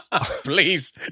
Please